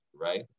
right